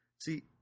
See